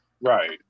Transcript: Right